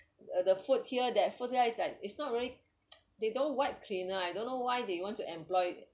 the food here that food here is like it's not really they don't wipe cleaner I don't know why they want to employ